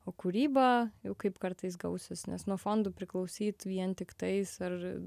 o kūryba jau kaip kartais gausis nes nuo fondų priklausyt vien tiktais ar